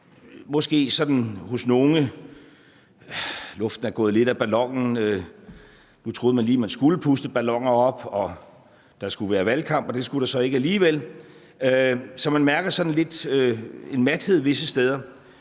sådan for nogle, at luften er gået lidt af ballonen; nu troede man lige, at man skulle puste balloner op og der skulle være valgkamp, og det skulle der så ikke alligevel. Så man mærker sådan lidt en mathed visse steder,